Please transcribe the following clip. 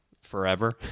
forever